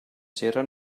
cera